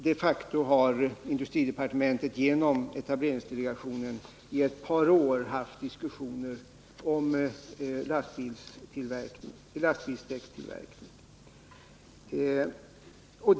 De facto har industridepartementet genom etableringsdelegationen under ett par år fört diskussioner om lastbilsdäckstillverkningen.